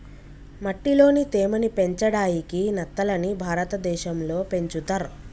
మట్టిలోని తేమ ని పెంచడాయికి నత్తలని భారతదేశం లో పెంచుతర్